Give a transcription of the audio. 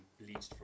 bleached